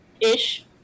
ish